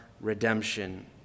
redemption